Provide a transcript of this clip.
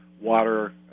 water